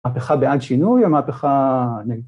‫מהפכה בעד שינוי או מהפכה נגד?